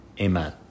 Amen